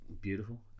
beautiful